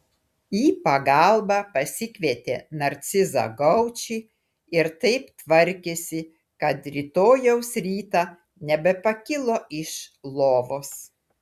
į pagalbą pasikvietė narcizą gaučį ir taip tvarkėsi kad rytojaus rytą nebepakilo iš lovos